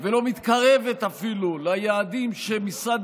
ביעדים ואפילו לא מתקרבת ליעדים שמשרד